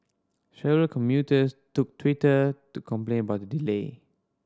several commuters took Twitter to complain about the delay